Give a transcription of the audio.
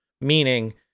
meaning